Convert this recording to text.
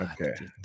Okay